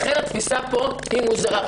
לכן התפיסה פה מוזרה.